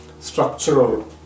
Structural